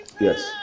Yes